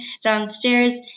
downstairs